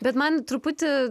bet man truputį